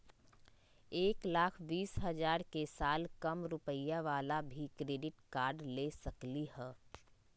एक लाख बीस हजार के साल कम रुपयावाला भी क्रेडिट कार्ड ले सकली ह?